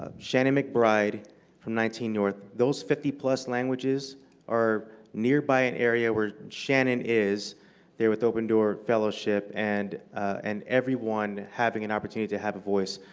ah shannon mcbride from nineteenth north those fifty plus languages are nearby an area where shannon is there with open door fellowship and and everyone having an opportunity to have a voice.